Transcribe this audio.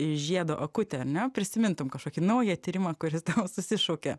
į žiedo akutę ane prisimintum kažkokį naują tyrimą kuris tau susišaukia